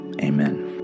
amen